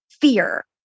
fear